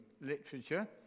literature